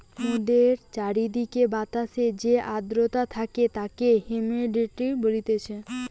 মোদের চারিদিকের বাতাসে যে আদ্রতা থাকে তাকে হুমিডিটি বলতিছে